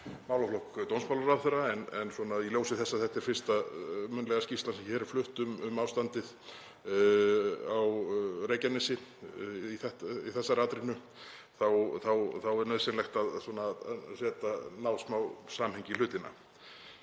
málaflokki dómsmálaráðherra en í ljósi þess að þetta er fyrsta munnlega skýrslan sem hér er flutt um ástandið á Reykjanesi í þessari atrennu þá er nauðsynlegt að ná smá samhengi í hlutina.